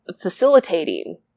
facilitating